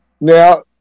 Now